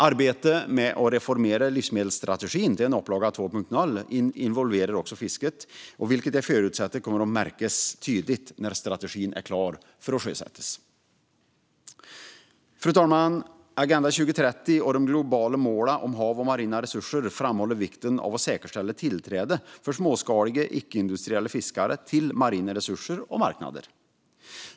Arbetet med att reformera livsmedelsstrategin till en upplaga 2.0 involverar också fisket, vilket jag förutsätter kommer att märkas tydligt när strategin är klar att sjösättas. Fru talman! Agenda 2030 och de globala målen om hav och marina resurser framhåller vikten av att säkerställa tillträde för småskaliga icke-industriella fiskare till marina resurser och marknader.